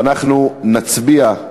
ואנחנו נצביע,